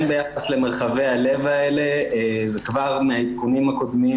כן ביחס למרחבי הלב האלה זה כבר מהעדכונים הקודמים,